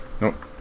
nope